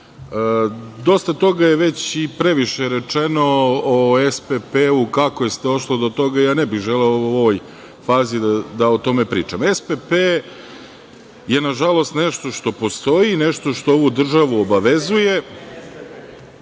dosta toga je već i previše rečeno o SPP-u, kako je došlo do toga, ne bih želeo u ovoj fazi da o tome pričam, SPP je nažalost nešto što postoji, nešto što ovu državu obavezuje,